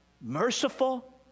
merciful